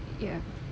ya